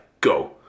go